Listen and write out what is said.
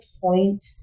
point